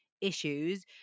issues